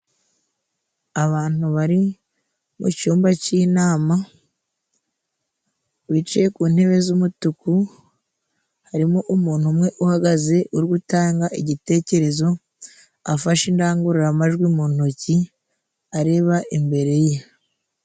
Abantu bari mu cyumba cy'inama bicaye ku ntebe z'umutuku, harimo umuntu umwe uhagaze uri gutanga igitekerezo afashe indangururamajwi mu ntoki areba imbere ye.